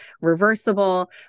reversible